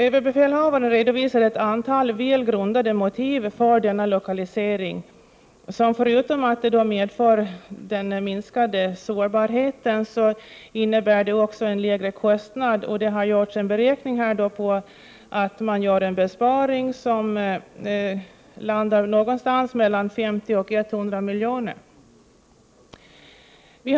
ÖB redovisar ett antal väl grundade motiv för denna lokalisering, som förutom att den medför minskad sårbarhet också innebär lägre kostnader. Enligt en beräkning görs en besparing om någonting mellan 50 och 100 milj.kr.